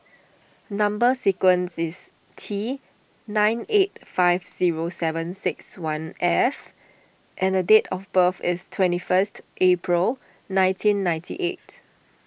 Number Sequence is T nine eight five zero seven six one F and the date of birth is twenty first April nineteen ninety eight